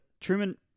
Truman